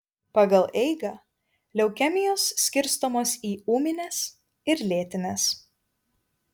pagal eigą leukemijos skirstomos į ūmines ir lėtines